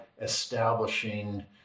establishing